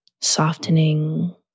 softening